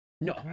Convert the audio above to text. No